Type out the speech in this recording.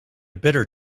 bitter